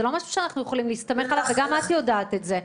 זה לא משהו שאנחנו יכולים להסתמך עליו וגם את יודעת את זה.